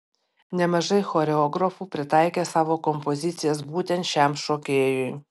nemažai choreografų pritaikė savo kompozicijas būtent šiam šokėjui